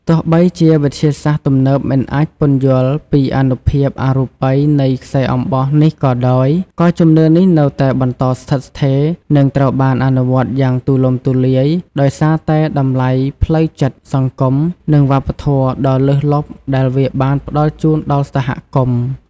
ទោះបីជាវិទ្យាសាស្ត្រទំនើបមិនអាចពន្យល់ពីអានុភាពអរូបីនៃខ្សែអំបោះនេះក៏ដោយ ក៏ជំនឿនេះនៅតែបន្តស្ថិតស្ថេរ និងត្រូវបានអនុវត្តន៍យ៉ាងទូលំទូលាយ ដោយសារតែតម្លៃផ្លូវចិត្ត សង្គម និងវប្បធម៌ដ៏លើសលប់ដែលវាបានផ្តល់ជូនដល់សហគមន៍។